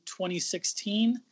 2016